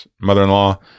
mother-in-law